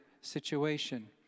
situation